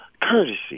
courtesy